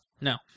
No